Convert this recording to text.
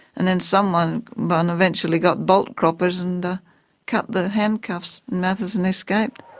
and then someone but and eventually got bolt croppers and cut the handcuffs and matteson escaped.